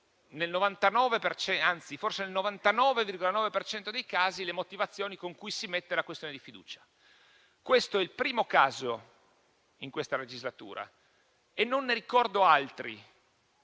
cento dei casi, le motivazioni con cui si pone la questione di fiducia. Questo è il primo caso in questa legislatura e non ne ricordo altri